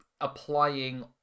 applying